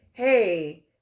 Hey